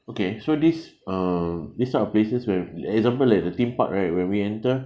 okay so this uh this type of places where example like the theme park right when we enter